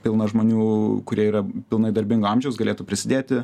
pilna žmonių kurie yra pilnai darbingo amžiaus galėtų prisidėti